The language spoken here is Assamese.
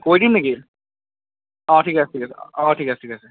কৰি দিম নেকি অ ঠিক আছে ঠিক আছে অ ঠিক আছে ঠিক আছে